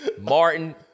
Martin